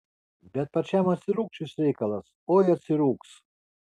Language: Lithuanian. bet pačiam atsirūgs šis reikalas oi atsirūgs